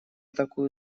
такую